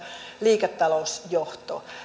liiketalousjohto